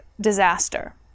disaster